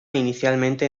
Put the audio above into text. inicialmente